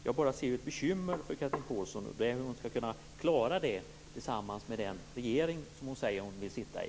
Jag ser dock ett bekymmer för Chatrine Pålsson, och det är hur hon skall kunna klara det tillsammans med den regering som hon säger att hon vill sitta i.